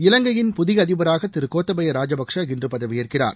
இலங்கையின் புதிய அதிபராக திரு கோத்தபய ராஜபக்சே இன்று பதவியேற்கிறார்